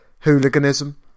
Hooliganism